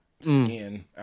skin